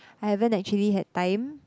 I haven't actually had time